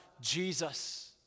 Jesus